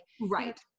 right